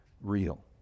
real